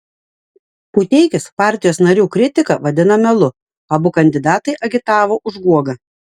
puteikis partijos narių kritiką vadina melu abu kandidatai agitavo už guogą